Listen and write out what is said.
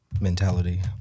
mentality